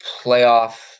playoff